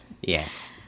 yes